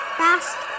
fast